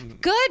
Good